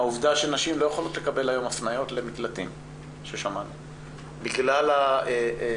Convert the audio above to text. העובדה שנשים לא יכולות לקבל היום הפניות למקלטים בגלל המצב,